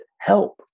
help